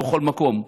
בכל מקום.